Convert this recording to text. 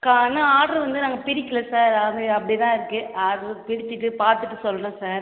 கா இன்னும் ஆட்ரு வந்து நாங்கள் பிரிக்கலை சார் ஆட்ரு அப்படியே தான் இருக்குது ஆட்ரு பிரிச்சுட்டு பார்த்துட்டு சொல்கிறேன் சார்